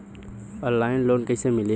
Online loan कइसे मिली?